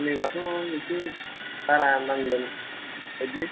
साननै बाथ' एसे बारा नांगोन बायदि